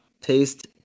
taste